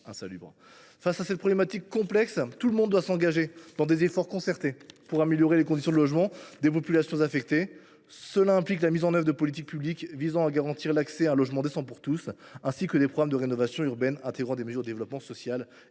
résoudre cette problématique complexe, tout le monde doit engager des efforts concertés pour améliorer les conditions de logement des populations affectées. Cela implique de mettre en œuvre des politiques publiques visant à garantir l’accès à un logement décent pour tous, ainsi que d’intégrer dans des programmes de rénovation urbaine des mesures de développement social et